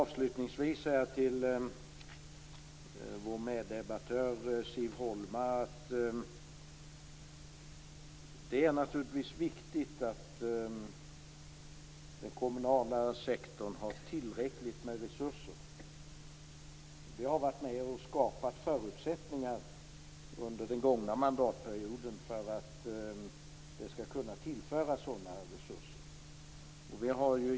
Avslutningsvis vill jag till min meddebattör Siv Holma säga att det är viktigt att den kommunala sektorn har tillräckligt med resurser. Vi har under den gångna mandatperioden varit med och skapat förutsättningar för att det skall kunna tillföras sådana resurser.